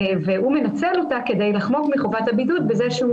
והוא מנצל אותה כדי לחמוק מחובת הבידוד בזה שהוא